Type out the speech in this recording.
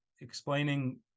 explaining